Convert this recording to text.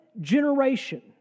generation